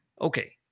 Okay